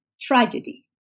tragedy